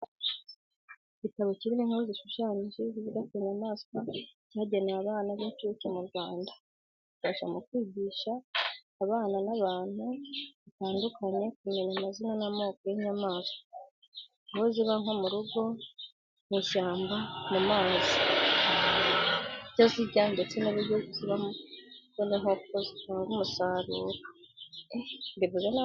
Igitabo kirimo inkuru zishushanyije zivuga ku nyamaswa cyagenewe abana b'incuke mu Rwanda. Ifasha mu kwigisha abana n’abantu batandukanye kumenya amazina n'amoko y'inyamaswa, aho ziba nko mu rugo, mu ishyamba, mu mazi, ibyo zirya ndetse n'uburyo iziba mu rugo nk'inkoko zitanga umusaruro.